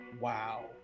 Wow